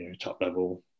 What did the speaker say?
top-level